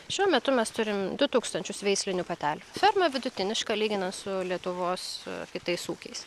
šiuo metu mes turim du tūkstančius veislinių patelių ferma vidutiniška lyginant su lietuvos kitais ūkiais